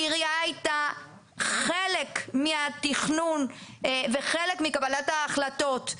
העירייה הייתה חלק מהתכנון וחלק מקבלת ההחלטות.